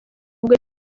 ubwo